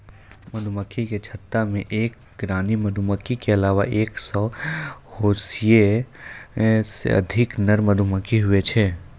मधुमक्खी के छत्ता मे एक रानी मधुमक्खी के अलावा एक सै या ओहिसे अधिक नर मधुमक्खी हुवै छै